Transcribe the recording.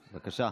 בבקשה.